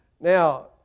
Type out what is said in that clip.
Now